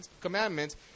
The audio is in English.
commandments